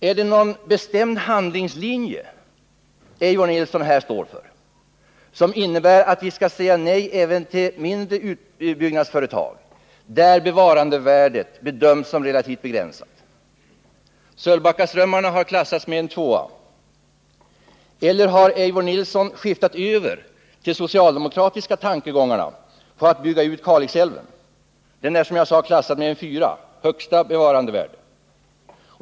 Är det någon bestämd handlingslinje Eivor Nilson här står för, som innebär att vi skall säga nej även till mindre utbyggnadsföretag, där bevarandevärdet bedöms som relativt begränsat? Sölvbackaströmmarna har klassats med en tvåa. Eller har Eivor Nilson skiftat över till de socialdemokratiska tankegångarna på att bygga ut Kalixälven? Den är som jag sade klassad med en fyra — högsta bevarandevärde.